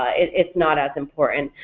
it's not as important.